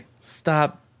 Stop